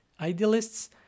idealists